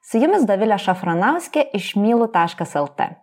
su jumis dovilė šafranauskė iš mylu taškas lt